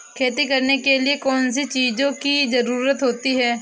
खेती करने के लिए कौनसी चीज़ों की ज़रूरत होती हैं?